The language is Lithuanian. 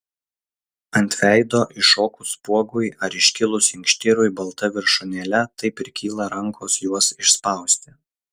ant veido iššokus spuogui ar iškilus inkštirui balta viršūnėle taip ir kyla rankos juos išspausti